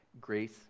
grace